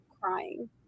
crying